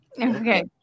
Okay